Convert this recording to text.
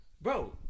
bro